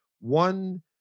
one